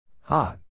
Hot